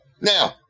Now